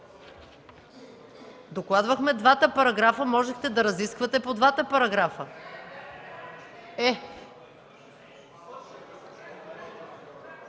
Докладвахме двата параграфа, можехте да разисквате и по двата параграфа.